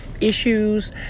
issues